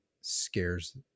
scares